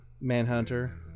Manhunter